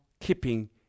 keeping